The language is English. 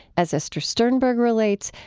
as esther sternberg relates,